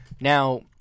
Now